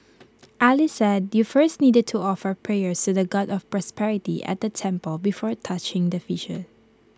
alice said you first need to offer prayers to the God of prosperity at the temple before touching the fish